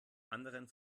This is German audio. anderen